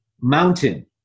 mountain